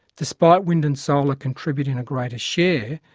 despite wind and solar contributing a greater share,